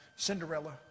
Cinderella